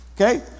Okay